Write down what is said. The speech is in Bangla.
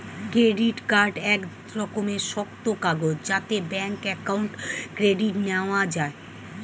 ক্রেডিট কার্ড এক রকমের শক্ত কাগজ যাতে ব্যাঙ্ক অ্যাকাউন্ট ক্রেডিট নেওয়া যায়